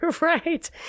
Right